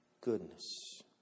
goodness